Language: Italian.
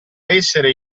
essere